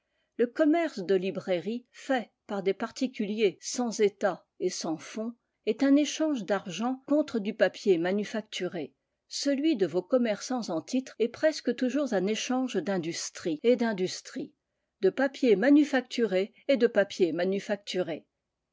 le commerce de librairie fait par des particuliers sans état et sans fonds est un échange d'argent contre du papier manufacturé celui de vos commerçants en titre est presque toujours un échange d'industrie et d'industrie de papier manufacturé et de papier manufacturé